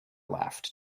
left